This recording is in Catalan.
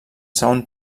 segon